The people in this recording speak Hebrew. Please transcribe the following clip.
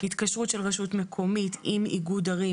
התקשרות של רשות מקומית עם איגוד ערים,